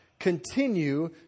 continue